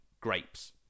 grapes